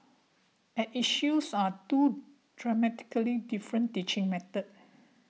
at issues are two dramatically different teaching methods